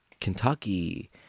Kentucky